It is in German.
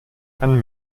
ein